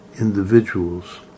individuals